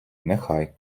нехай